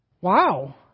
wow